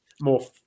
more